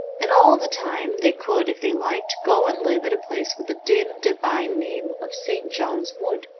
and all the time they could, if they liked, go and live at a place with the dim, divine name of st. john's wood.